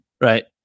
right